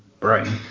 Right